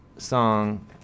song